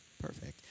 perfect